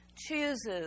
chooses